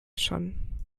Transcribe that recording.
schon